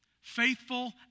faithful